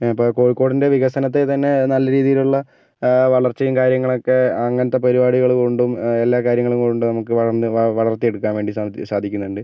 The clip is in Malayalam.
ഇപ്പോൾ കോഴിക്കോടിൻ്റെ വികസനത്തെ തന്നെ നല്ല രീതിയിലുള്ള വളർച്ചയും കാര്യങ്ങളൊക്കെ അങ്ങനത്തെ പരിപാടികള് കൊണ്ടും എല്ലാ കാര്യങ്ങള് കൊണ്ടും നമുക്ക് വളർന്ന് വളർത്തി എടുക്കാൻ വേണ്ടി സാധി സാധിക്കുന്നുണ്ട്